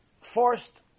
forced